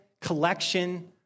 collection